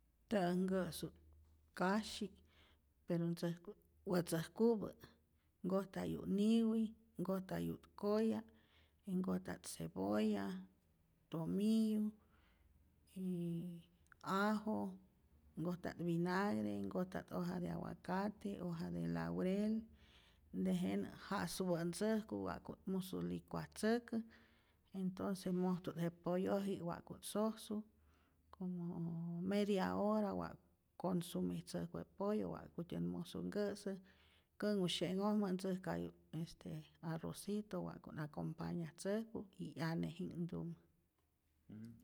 Tä'ak nkä'su't kasyi' pero ntzäjkut wätzäjkupä nkojtayu't niwi, nkojtayu't koya y nkojta't cebolla, tomillu y ajo, nkojta't vinagre, nkojta't hoja de aguacate, hoja de laurel, dejenä ja'supä't ntzäjku wa'ku't musu licuatzäkä, entonces mojtu't je pollopi'k wa'ku't sosu como media hora wa' consumitzäjku je pollo, wa'kutyät musu nkä'sä, känhusye'nhojmä ntzäjkayut este arrocito wa'ku't acompañatzäjku y 'yane'ji'knhtumä.